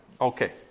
Okay